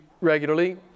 regularly